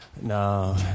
No